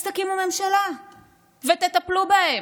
אז תקימו ממשלה ותטפלו בהן.